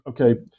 okay